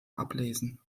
ablesen